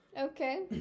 Okay